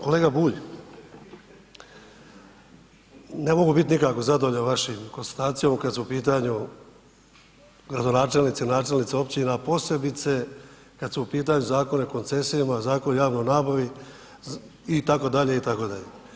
Kolega Bulj, ne mogu biti nikako zadovoljan vašim konstatacijama kada su u pitanju gradonačelnici, načelnici općina, posebice kada su u pitanju Zakoni o koncesijama, zakoni o javnoj nabavi, itd., itd.